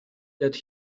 that